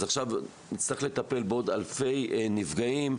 אז עכשיו נצטרך לטפל בעוד אלפי נפגעים.